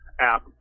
app